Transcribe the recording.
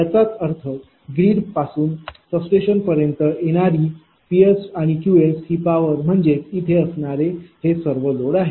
याचाच अर्थ ग्रीड पासून सबस्टेशन पर्यंत येणारी Psआणि Qs ही पावर म्हणजेच इथे असणारे सर्व लोड आहे